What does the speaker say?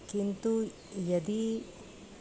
किन्तु यदि